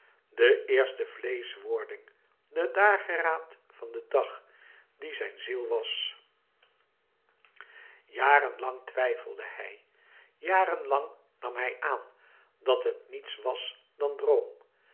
de eerste vleeschwording de dageraad van den dag die zijn ziel was jaren lang twijfelde hij jaren lang nam hij aan dat het niets was dan droom